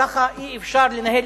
ככה אי-אפשר לנהל.